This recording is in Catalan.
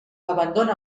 abandona